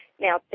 Now